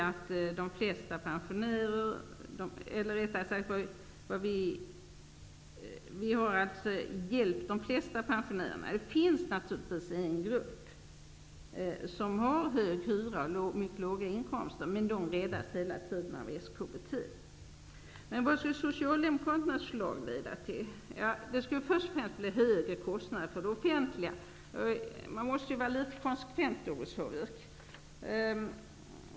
Med detta hjälper vi de flesta av pensionärerna. Det finns en grupp som har hög hyra och mycket låga inkomster, men den räddas genomgående av SKBT. Men vad skulle Socialdemokraternas förslag leda till? Först och främst skulle det bli högre kostnader för det offentliga. Man måste vara litet konsekvent, Doris Håvik.